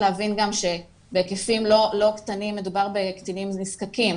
להבין גם שבהיקפים לא קטנים מדובר בקטינים נזקקים,